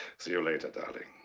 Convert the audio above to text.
see you later, darling.